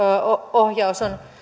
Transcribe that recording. ohjaus on